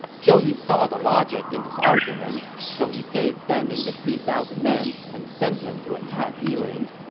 zhou yu saw the logic in his argument, so he gave gan ning the three thousand men and sent him to attack yiling.